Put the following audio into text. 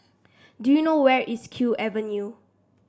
do you know where is Kew Avenue